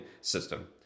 system